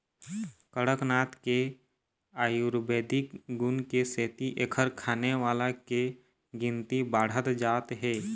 कड़कनाथ के आयुरबेदिक गुन के सेती एखर खाने वाला के गिनती बाढ़त जात हे